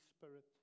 spirit